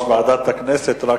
אדוני היושב-ראש,